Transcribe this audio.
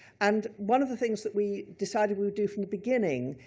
and one of the things that we decided we'd do from the beginning,